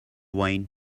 wine